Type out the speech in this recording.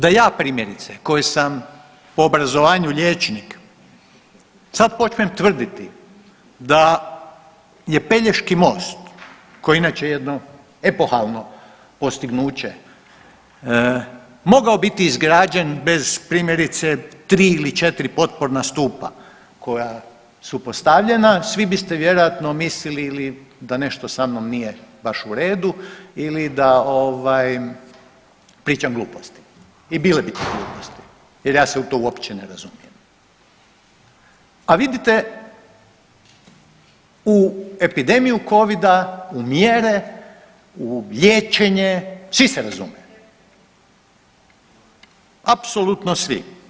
Da ja primjerice koji sam po obrazovanju liječnik sad počnem tvrditi da je Pelješki most koji je inače jedno epohalno postignuće mogao biti izgrađen bez primjerice 3 ili 4 potporna stupa koja su postavljena, svi biste vjerojatno mislili ili da nešto sa mnom nije baš u redu ili da ovaj pričam gluposti i bile ti to gluposti jer ja se u to uopće ne razumijem, a vidite u epidemiju covida, u mjere, u liječenje, svi se razume, apsolutno svi.